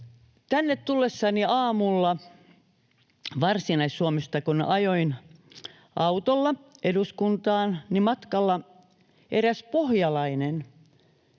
tästä. Tullessani tänne Varsinais-Suomesta aamulla, kun ajoin autolla eduskuntaan, matkalla eräs pohjalainen